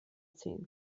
ziehen